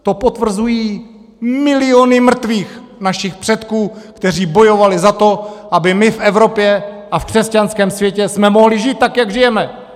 To potvrzují miliony mrtvých našich předků, kteří bojovali za to, abychom my v Evropě a v křesťanském světě mohli žít, tak jak žijeme.